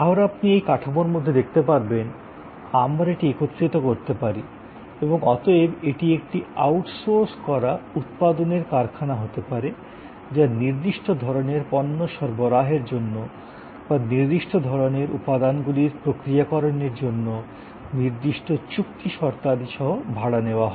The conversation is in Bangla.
আবার আপনি এই কাঠামোর মধ্যে দেখতে পারবেন আমরা এটি একত্রিত করতে পারি এবং অতএব এটি একটি আউটসোর্স করা উৎপাদনের কারখানা হতে পারে যা নির্দিষ্ট ধরণের পণ্য সরবরাহের জন্য বা নির্দিষ্ট ধরণের উপাদানগুলির প্রক্রিয়াকরণের জন্য নির্দিষ্ট চুক্তি শর্তাদি সহ ভাড়া নেওয়া হয়